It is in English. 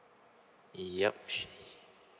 yup she